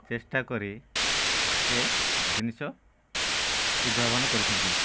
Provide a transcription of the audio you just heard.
ଚେଷ୍ଟା କରି ସେ ଜିନିଷ ଉଦ୍ଭାବନ କରିଛନ୍ତି